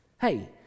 Hey